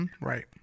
Right